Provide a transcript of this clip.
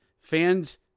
fans